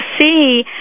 see